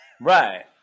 Right